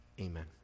amen